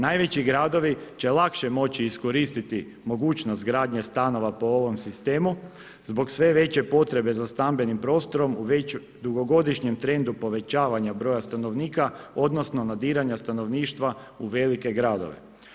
Najveći gradovi će lakše moći iskoristiti mogućnost gradnje stanova po ovom sistemu zbog veće potrebe za stambenim prostorom u već dugogodišnjem trendu povećavanja broja stanovnika odnosno nadiranja stanovništva u velike gradove.